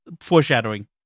foreshadowing